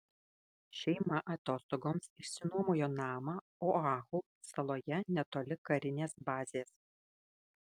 šeima atostogoms išsinuomojo namą oahu saloje netoli karinės bazės